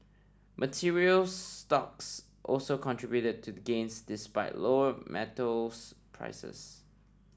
materials stocks also contributed to the gains despite lower metals prices